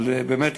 אבל באמת,